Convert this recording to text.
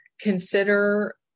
consider